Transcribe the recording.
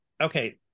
okay